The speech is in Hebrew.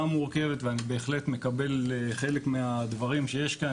מורכבת ואני בהחלט מקבל חלק מהדברים שיש כאן.